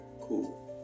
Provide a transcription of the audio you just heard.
cool